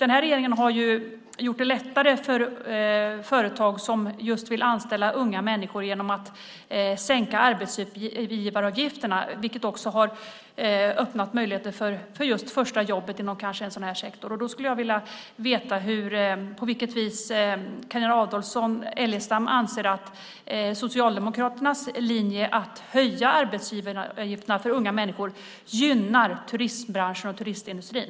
Den här regeringen har gjort det lättare för företag som vill anställa just unga människor genom att sänka arbetsgivaravgifterna, vilket också har öppnat möjligheter för det första jobbet kanske inom den här sektorn. Jag vill veta på vilket vis Carina Adolfsson Elgestam anser att Socialdemokraternas linje att höja arbetsgivaravgifterna för unga människor gynnar turismbranschen och turismindustrin.